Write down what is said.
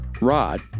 Rod